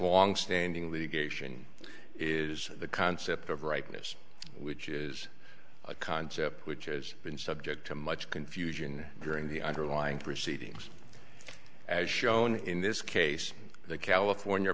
longstanding litigation is the concept of rightness which is a concept which has been subject to much confusion during the underlying proceedings as shown in this case the california